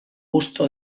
busto